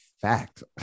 fact